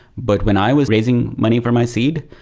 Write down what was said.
but when i was raising money for my seed,